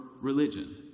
religion